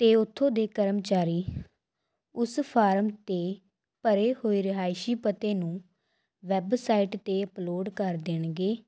ਅਤੇ ਉੱਥੋਂ ਦੇ ਕਰਮਚਾਰੀ ਉਸ ਫਾਰਮ 'ਤੇ ਭਰੇ ਹੋਏ ਰਿਹਾਇਸ਼ੀ ਪਤੇ ਨੂੰ ਵੈਬਸਾਈਟ 'ਤੇ ਅਪਲੋਡ ਕਰ ਦੇਣਗੇ